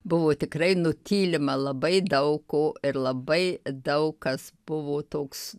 buvo tikrai nutylima labai daug ko ir labai daug kas buvo toks